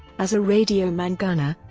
as a radioman-gunner,